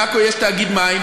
בעכו יש תאגיד מים,